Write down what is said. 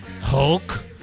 Hulk